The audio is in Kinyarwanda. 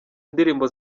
indirimbo